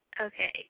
Okay